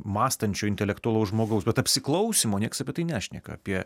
mąstančio intelektualaus žmogaus bet apsiklausimo nieks apie tai nešneka apie